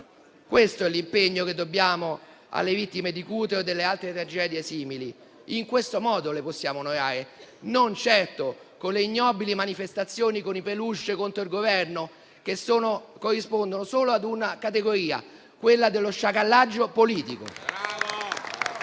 Questo è l'impegno che dobbiamo alle vittime di Cutro e di altre tragedie simili. In questo modo le possiamo onorare, non certo con le ignobili manifestazioni con i *peluche* contro il Governo, che corrispondono solo a una categoria: quella dello sciacallaggio politico.